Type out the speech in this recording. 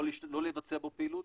לא לבצע בו פעילות